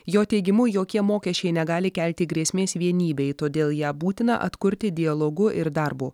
jo teigimu jokie mokesčiai negali kelti grėsmės vienybei todėl ją būtina atkurti dialogu ir darbu